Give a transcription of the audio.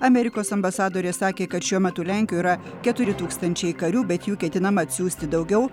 amerikos ambasadorė sakė kad šiuo metu lenkijo yra keturi tūkstančiai karių bet jų ketinama atsiųsti daugiau